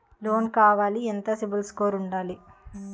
Loan కావాలి ఎంత CIBIL score ఉండాలి?